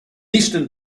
eastern